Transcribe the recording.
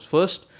First